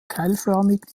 keilförmig